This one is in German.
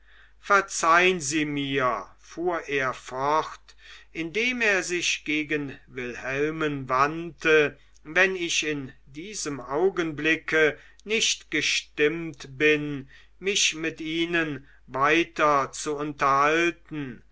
verzeihn sie mir fuhr er fort indem er sich gegen wilhelmen wandte wenn ich in diesem augenblicke nicht gestimmt bin mich mit ihnen weiter zu unterhalten